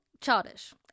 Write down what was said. childish